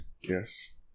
Yes